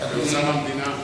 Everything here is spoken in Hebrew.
לאוצר המדינה?